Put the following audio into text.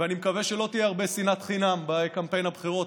ואני מקווה שלא תהיה הרבה שנאת חינם בקמפיין הבחירות,